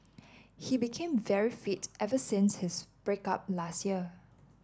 he became very fit ever since his break up last year